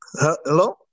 Hello